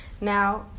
Now